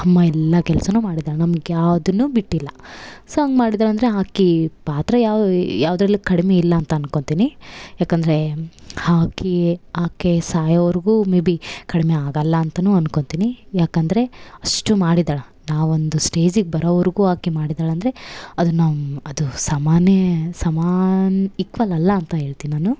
ಅಮ್ಮ ಎಲ್ಲ ಕೆಲ್ಸ ಮಾಡಿದಳು ನಮಗ್ಯಾವ್ದುನ್ನು ಬಿಟ್ಟಿಲ್ಲ ಸೋ ಹಂಗ್ ಮಾಡಿದಳು ಅಂದರೆ ಆಕೆ ಪಾತ್ರ ಯಾವ ಯಾವುದ್ರಲ್ಲು ಕಡಿಮೆ ಇಲ್ಲ ಅಂತ ಅನ್ಕೊತೀನಿ ಯಾಕಂದರೆ ಆಕೀ ಆಕೆ ಸಾಯೋವರೆಗು ಮೆ ಬಿ ಕಡಿಮೆ ಆಗೋಲ್ಲ ಅಂತ ಅನ್ಕೊತೀನಿ ಯಾಕಂದರೆ ಅಷ್ಟು ಮಾಡಿದಳು ನಾವು ಒಂದು ಸ್ಟೇಜಿಗೆ ಬರೋವರೆಗು ಆಕೆ ಮಾಡಿದಳು ಅಂದರೆ ಅದು ನಾವು ಅದು ಸಮಾ ಸಮ ಈಕ್ವಲ್ ಅಲ್ಲ ಅಂತ ಹೇಳ್ತಿನ್ ನಾನು